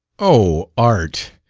oh, art!